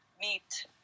meet